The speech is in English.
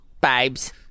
Babes